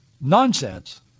nonsense